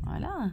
!hanna!